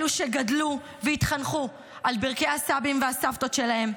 אלו שגדלו והתחנכו על ברכי הסבים והסבתות שלהם,